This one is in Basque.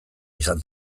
izan